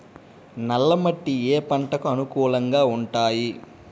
నల్ల మట్టి ఏ ఏ పంటలకు అనుకూలంగా ఉంటాయి?